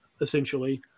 essentially